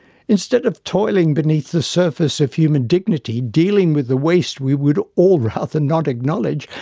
instead of toiling beneath the surface of human dignity, dealing with the waste we would all rather not acknowledge,